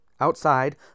Outside